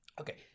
Okay